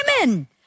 women